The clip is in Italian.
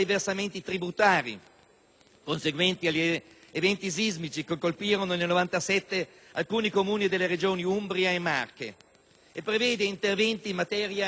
conseguenti agli eventi sismici che colpirono nel 1997 alcuni Comuni delle Regioni Umbria e Marche e prevede interventi in materia di protezione civile,